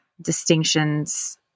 distinctions